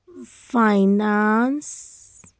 finance